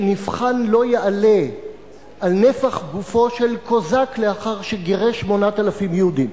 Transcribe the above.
שנפחן לא יעלה על נפח גופו של קוזק לאחר שגירש 8,000 יהודים.